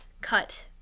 cut